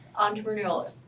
entrepreneurial